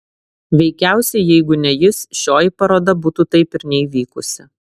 veikiausiai jeigu ne jis šioji paroda būtų taip ir neįvykusi